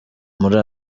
muri